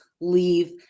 leave